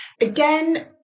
Again